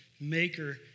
maker